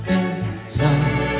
inside